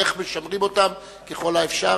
איך משמרים אותן ככל האפשר,